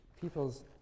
people's